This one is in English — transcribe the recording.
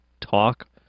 talk